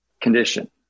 condition